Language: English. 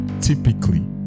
typically